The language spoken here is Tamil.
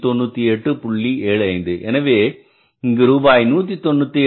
75 எனவே இங்கு ரூபாய் 198